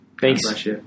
Thanks